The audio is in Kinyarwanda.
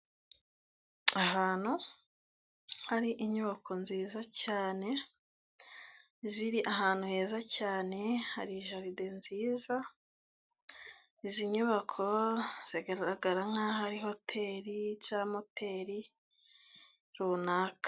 Ahantu hari inyubako nziza cyane ziri ahantu heza cyane, hari jaride nziza, izi nyubako zigaragara nkaho hari hoteri cyangwa moteri runaka.